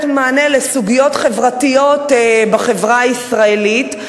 מענה לסוגיות חברתיות בחברה הישראלית.